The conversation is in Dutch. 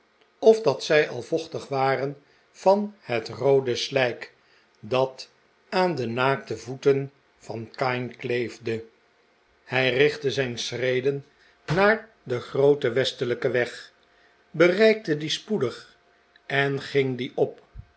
of dat zij al vochtig waren van het roode slijk dat aan de naakte voeten van kain kleefde hij richtte zijn schreden naar den grooten westelijken weg bereikte dien spoedig en ging dien op